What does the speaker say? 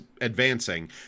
advancing